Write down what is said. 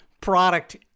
product